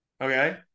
okay